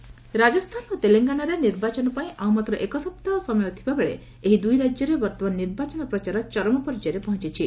election Rajasthan ଓ ତେଲଙ୍ଗାନାରେ ନିର୍ବାଚନ ପାଇଁ ଆଉ ମାତ୍ର ଏକ ସପ୍ତାହ ସମୟ ଥିବାବେଳେ ଏହି ଦୁଇ ରାଜ୍ୟରେ ବର୍ତ୍ତମାନ ନିର୍ବାଚନ ପ୍ରଚାର ଚରମ ପର୍ଯ୍ୟାୟରେ ପହଞ୍ଚିଛି